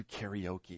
karaoke